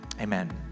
Amen